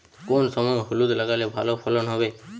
কোন সময় হলুদ লাগালে ভালো ফলন হবে?